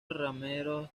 remeros